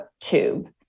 tube